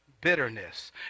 bitterness